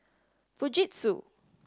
fujitsu